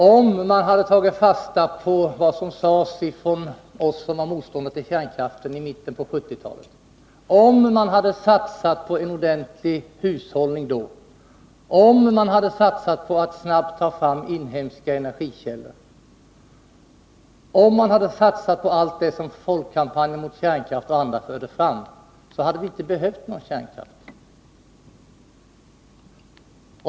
Om man hade tagit fasta på vad vi och andra motståndare till kärnkraften sade i mitten på 1970-talet, om man hade satsat på en ordentlig hushållning då, om man hade satsat på att snabbt ta fram inhemska energikällor och om man hade satsat på allt det som folkkampanjen mot kärnkraft förde fram, då hade vi inte behövt någon kärnkraft.